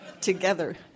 together